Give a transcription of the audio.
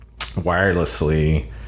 wirelessly